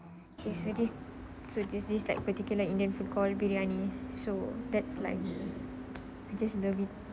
so this is like particular indian food call biryani so that's like I just love it